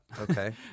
Okay